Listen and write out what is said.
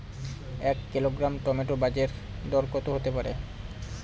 এক kilogram tomato বাজের দরকত হতে পারে?